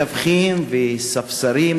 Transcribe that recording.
מתווכים וספסרים,